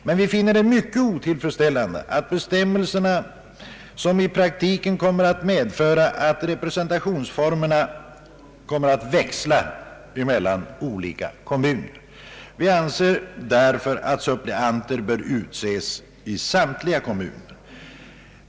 Men vi finner det mycket otillfredsställande att bestämmelserna i praktiken kommer att medföra att representationsformerna kommer att växla mellan olika kommuner. Vi anser därför att suppleanter bör utses i samtliga kommuner.